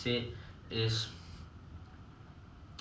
I don't think I want to go into it because I have seen it